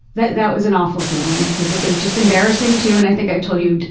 that that was an awful feeling because it was just embarrassing too. and i think i told you,